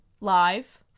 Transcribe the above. live